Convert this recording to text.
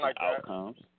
Outcomes